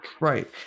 Right